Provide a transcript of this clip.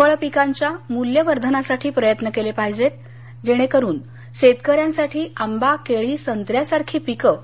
फळपिकांच्या मुल्यवर्धनासाठी प्रयत्न केले पाहिजेत जेणेकरुन शेतकऱ्यांसाठी आंबा केळी संत्र्यासारखी पिकं